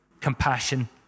compassion